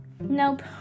Nope